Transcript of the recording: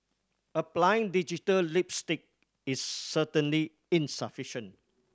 applying digital lipstick is certainly insufficient